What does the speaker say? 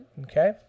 okay